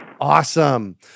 Awesome